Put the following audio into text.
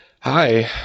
hi